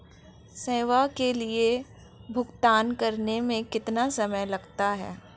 स्वयं के लिए भुगतान करने में कितना समय लगता है?